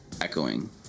echoing